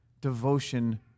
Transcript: devotion